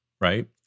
right